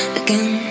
again